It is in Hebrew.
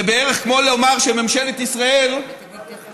זה בערך כמו לומר שממשלת ישראל קונה,